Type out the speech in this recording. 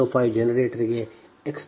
05 ಜನರೇಟರ್ಗೆ x g1 0